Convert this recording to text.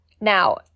Now